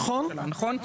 נכון.